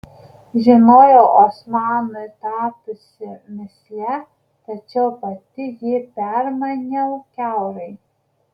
žinojau osmanui tapusi mįsle tačiau pati jį permaniau kiaurai